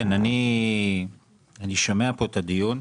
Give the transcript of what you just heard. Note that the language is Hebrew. אני שומע את הדיון,